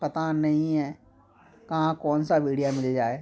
पता नहीं है कहाँ कौन सा भेड़िया मिल जाए